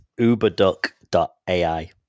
uberduck.ai